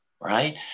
right